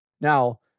Now